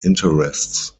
interests